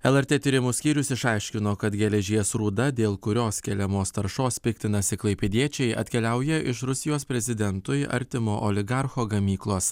lrt tyrimų skyrius išaiškino kad geležies rūda dėl kurios keliamos taršos piktinasi klaipėdiečiai atkeliauja iš rusijos prezidentui artimo oligarcho gamyklos